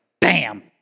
bam